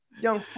Young